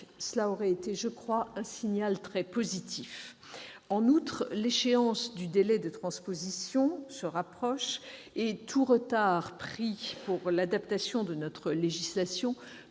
Cela aurait été un signal très positif. En outre, l'échéance du délai de transposition se rapproche, et tout retard pris pour l'adaptation de notre législation